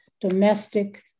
domestic